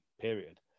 period